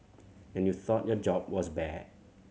and you thought your job was bad